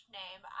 name